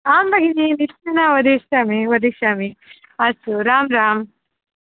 आं भगिनी निश्चयेन वदिष्यामि वदिष्यामि अस्तु राम् राम्